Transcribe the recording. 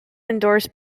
endorsed